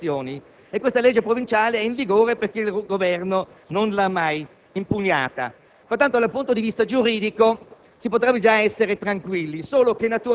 In base a questo la Provincia ha disciplinato la materia con legge provinciale e ha bandito la gara